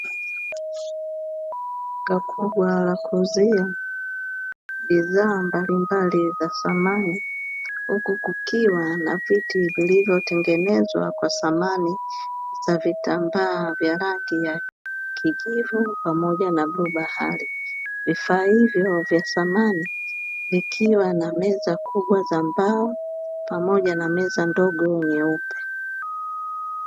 Duka kubwa la kuuzia bidhaa mbalimbali za samani, huku kukiwa na viti vilivyotengenezwa kwa samani za vitambaa vya rangi ya kijuvu pamoja na bluu bahari. Vifaa hivyo vya samani vikiwa na meza kubwa za mbao, pamoja na meza ndogo nyeupe.